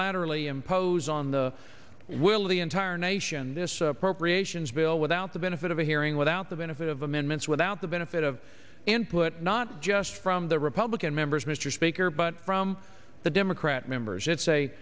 unilaterally impose on the will of the entire nation this appropriations bill without the benefit of a hearing without the benefit of amendments without the benefit of input not just from the republican members mr speaker but from the democrat members